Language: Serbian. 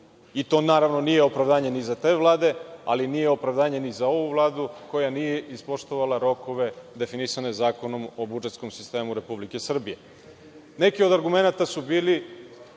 i to, naravno, nije opravdanje ni za te vlade, ali nije opravdanje ni za ovu Vladu koja nije ispoštovala rokove definisane Zakonom o budžetskom sistemu Republike Srbije. Neki od argumenata su bili